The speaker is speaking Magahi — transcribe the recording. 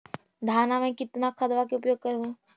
धानमा मे कितना खदबा के उपयोग कर हू?